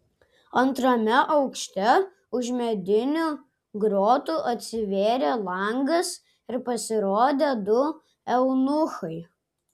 antrame aukšte už medinių grotų atsivėrė langas ir pasirodė du eunuchai